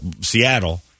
Seattle